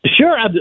Sure